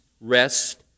rest